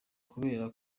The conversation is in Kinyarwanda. kubera